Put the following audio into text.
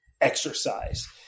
exercise